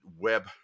web-